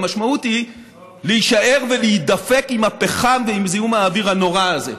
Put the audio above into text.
המשמעות היא להישאר ולהידפק עם הפחם ועם זיהום האוויר הנורא הזה.